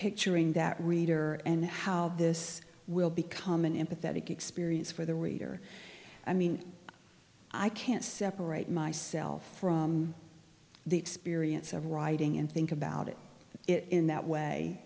picturing that reader and how this will become an empathetic experience for the reader i mean i can't separate myself from the experience of writing and think about it in that